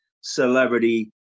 celebrity